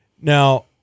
Now